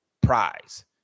prize